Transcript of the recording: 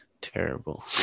terrible